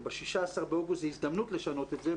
ב-16 באוגוסט זו הזדמנות לשנות את זה,